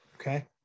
Okay